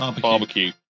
barbecue